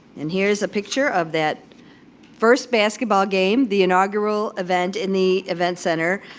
and here's a picture of that first basketball game, the inaugural event in the event center.